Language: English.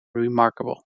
remarkable